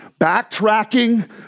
backtracking